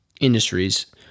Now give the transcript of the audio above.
industries